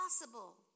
possible